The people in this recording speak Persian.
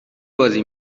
بازی